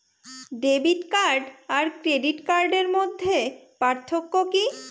Debit card আর credit কার্ডের মধ্যে পার্থক্য কি?